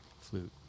flute